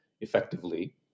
effectively